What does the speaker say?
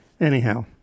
anyhow